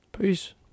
Peace